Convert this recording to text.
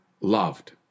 loved